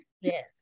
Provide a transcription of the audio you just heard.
yes